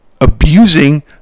abusing